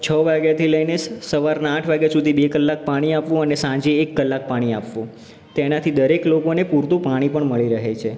છ વાગ્યાથી લઈને સવારનાં આઠ વાગ્યા સુધી બે કલાક પાણી આપવું અને સાંજે એક કલાક પાણી આપવું તેનાથી દરેક લોકોને પૂરતું પાણી પણ મળી રહે છે